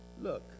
look